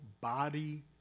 body